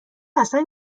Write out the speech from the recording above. اصلا